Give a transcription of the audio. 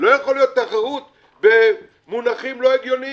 לא יכולה להיות תחרות במונחים לא הגיוניים,